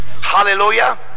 Hallelujah